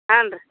ಹಾಂ ರೀ